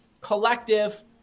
collective